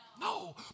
No